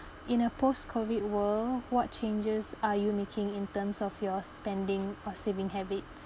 in a post COVID world what changes are you making in terms of your spending or saving habits